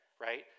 right